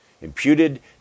imputed